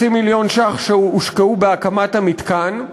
כ-0.5 מיליון ש"ח שהושקעו בהקמת המתקן.